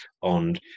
on